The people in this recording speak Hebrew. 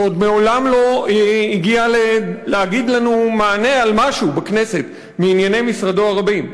שמעולם עוד לא הגיע לתת לנו מענה על משהו בכנסת מענייני משרדו הרבים,